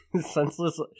senseless